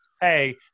hey